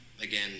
Again